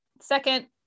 Second